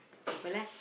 shuffle leh